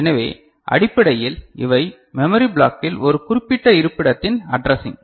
எனவே அடிப்படையில் இவை மெமரி பிளாக்கில் ஒரு குறிப்பிட்ட இருப்பிடத்தின் அட்ரஸிங்